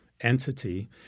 entity